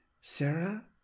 Sarah